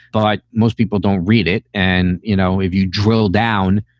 but most people don't read it. and, you know, if you drill down,